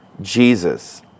Jesus